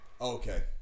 Okay